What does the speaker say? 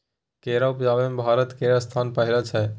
केरा उपजाबै मे भारत केर स्थान पहिल छै